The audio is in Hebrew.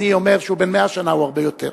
אני אומר שהוא בן 100 שנה, הוא הרבה יותר.